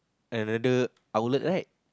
another outlet right